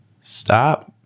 stop